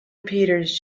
peters